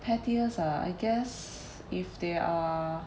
pettiest ah I guess if they are